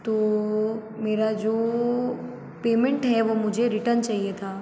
तो मेरा जो पेमेंट है वो मुझे रिटर्न चाहिए था